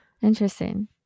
interesting